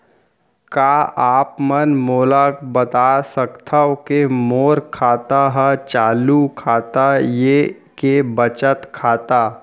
का आप मन मोला बता सकथव के मोर खाता ह चालू खाता ये के बचत खाता?